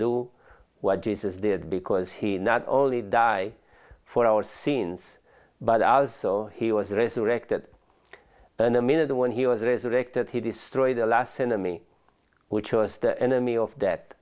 do what jesus did because he not only die for our sins but as he was resurrected than a minute when he was resurrected he destroyed the last enemy which was the enemy of